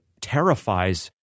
terrifies